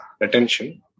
retention